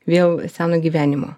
vėl seno gyvenimo